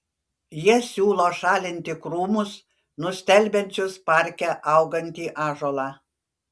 jie siūlo šalinti krūmus nustelbiančius parke augantį ąžuolą